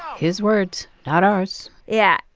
his words, not ours yeah.